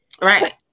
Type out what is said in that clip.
Right